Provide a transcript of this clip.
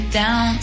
down